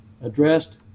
addressed